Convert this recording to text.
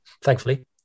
thankfully